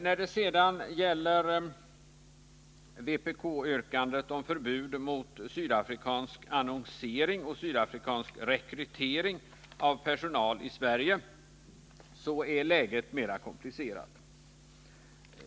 När det sedan gäller vpk-yrkandet om förbud mot sydafrikansk annonsering och sydafrikansk rekrytering av personal i Sverige är läget mer komplicerat.